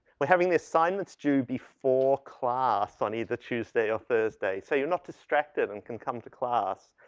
we're having the assignments due before class on either tuesday or thursday. so you're not distracted and can come to class.